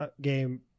game